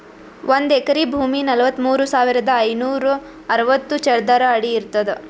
ಒಂದ್ ಎಕರಿ ಭೂಮಿ ನಲವತ್ಮೂರು ಸಾವಿರದ ಐನೂರ ಅರವತ್ತು ಚದರ ಅಡಿ ಇರ್ತದ